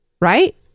right